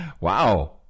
Wow